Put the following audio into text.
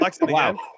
Wow